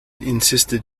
insisted